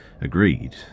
agreed